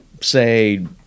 say